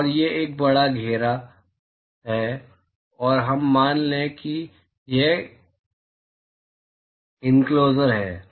यह एक बड़ा घेरा है और हम मान लें कि यह इनक्लोज़र है